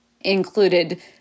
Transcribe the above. included